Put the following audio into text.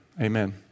amen